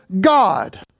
God